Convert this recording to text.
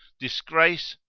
disgrace,